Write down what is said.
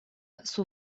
sub